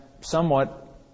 somewhat